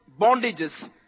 bondages